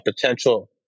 potential